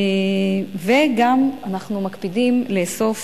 וגם אנחנו מקפידים לאסוף